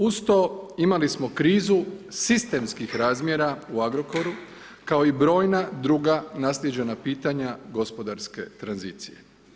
Uz to imali smo krizu sistemskih razmjera u Agrokoru kao i brojna druga naslijeđena pitanja gospodarske tranzicije.